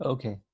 Okay